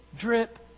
drip